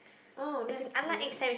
oh that's weird